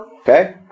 Okay